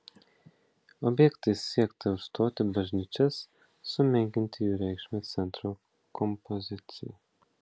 objektais siekta užstoti bažnyčias sumenkinti jų reikšmę centro kompozicijai